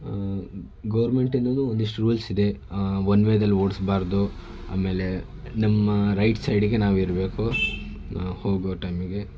government ಎನ್ನೋದು ಒಂದಿಷ್ಟು rules ಇದೆ ಒನ್ ವೇದಲ್ಲಿ ಓಡಿಸ್ಬಾರ್ದು ಆಮೇಲೆ ನಮ್ಮ ರೈಟ್ ಸೈಡಿಗೆ ನಾವು ಇರಬೇಕು ಹೋಗುವ ಟೈಮಿಗೆ